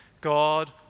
God